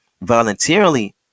voluntarily